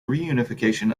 reunification